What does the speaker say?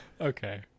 Okay